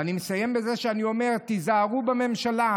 ואני מסיים בזה שאני אומר: תיזהרו בממשלה,